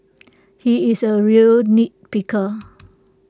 he is A real nitpicker